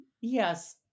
yes